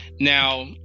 now